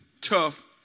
tough